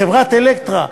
את חברת "אלקטרה":